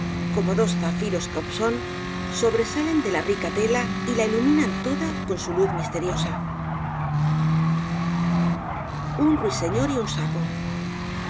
como dos zafiros caupxón sobresalen de la rica tela y la iluminan toda con su luz misteriosa un ruiseñor y un sapo